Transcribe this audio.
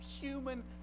human